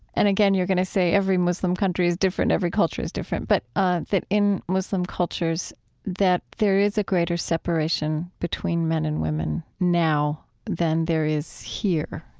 and again, you're going to say every muslim country is different, every culture is different but ah that in muslim cultures that there is a greater separation between men and women now than there is here